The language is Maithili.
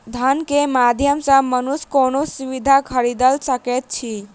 धन के माध्यम सॅ मनुष्य कोनो सुविधा खरीदल सकैत अछि